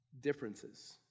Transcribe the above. differences